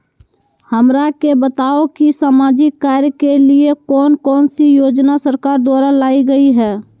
हमरा के बताओ कि सामाजिक कार्य के लिए कौन कौन सी योजना सरकार द्वारा लाई गई है?